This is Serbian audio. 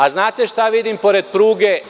A, znate šta vidim pored pruge?